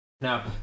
now